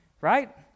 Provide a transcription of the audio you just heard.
right